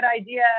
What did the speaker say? idea